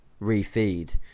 refeed